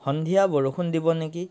সন্ধিয়া বৰষুণ দিব নেকি